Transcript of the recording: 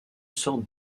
sorte